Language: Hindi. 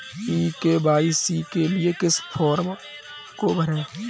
ई के.वाई.सी के लिए किस फ्रॉम को भरें?